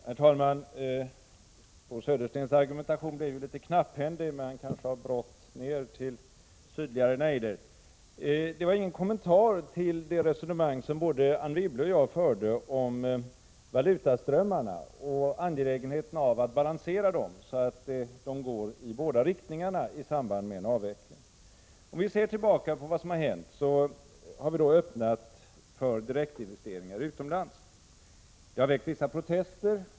Herr talman! Bo Söderstens argumentation blev litet knapphändig, men han kanske har litet bråttom ner till sydligare nejder. Det var ingen kommentar till det resonemang som både Anne Wibble och jag förde om att balansera valutaströmmarna, så att de går i båda riktningarna i samband med avvecklingen. Vi har i Sverige öppnat för direktinvesteringar utomlands. Det har väckt vissa protester.